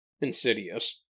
*Insidious*